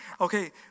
Okay